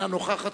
אינה נוכחת,